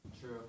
True